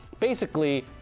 basically,